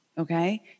Okay